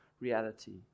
reality